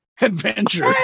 Adventure